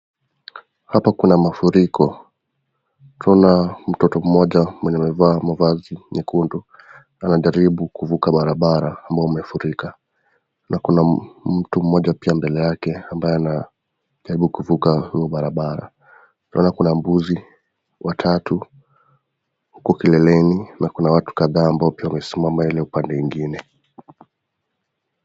Hapa kuna mafuriko, kuna mtoto mmoja mwenye amevaa mavazi nyekundu, anajaribu kuvuka barabara ambao umefurika, na kuna mtu mmoja pia mbele yake ambaye anajaribu kuvuka barabara, kuna mbuzi watatu huko kileleni na kuna watu kadhaa ambao wamesimama Ile upande ingine.